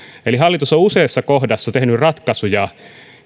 eli hallitus on useassa kohdassa tehnyt ratkaisuja